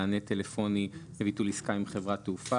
מענה טלפוני לביטול עסקה עם חברת תעופה),